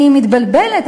אני מתבלבלת.